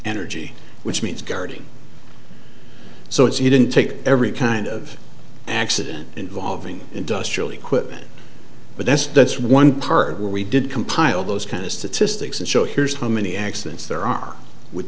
energy which means guarding so if he didn't take every kind of accident involving industrial equipment but that's that's one part of what we did compile those kind of statistics and show here's how many accidents there are with